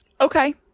Okay